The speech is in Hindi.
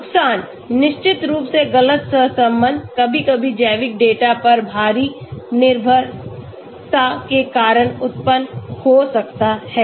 नुकसान निश्चित रूप से ग़लत सहसंबंध कभी कभी जैविक डेटा पर भारी निर्भरता के कारण उत्पन्न हो सकता है